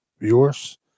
viewers